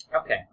Okay